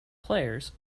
players